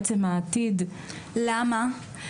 למה?